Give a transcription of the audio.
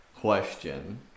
question